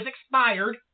expired